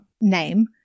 name